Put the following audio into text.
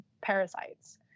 parasites